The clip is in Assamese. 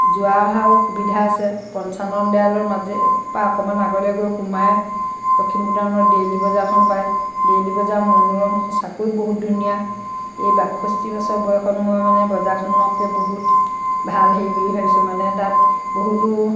যোৱা অহাও সুবিধা আছে পঞ্চানন ডাইলৰ মাজৰ পৰা অকণমান আগলৈ গৈ সোমাই লখিমপুৰ টাউনৰ ডেইলি বজাৰখন পায় ডেইলি বজাৰ মনোৰম সঁচাকৈ বহুত ধুনীয়া এই বাষষ্ঠি বছৰ বয়সত মই মানে বজাৰখনকে বহুত ভাল হেৰি বুলি ভাবিছোঁ মানে তাত বহুতো